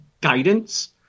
guidance